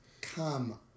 Come